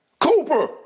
Cooper